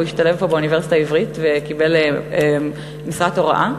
והוא השתלב פה באוניברסיטה העברית וקיבל משרת הוראה.